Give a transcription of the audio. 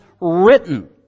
written